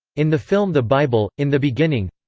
in the film the bible in the beginning.